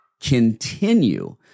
continue